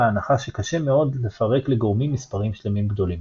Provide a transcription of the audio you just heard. ההנחה שקשה מאוד לפרק לגורמים מספרים שלמים גדולים.